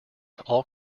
all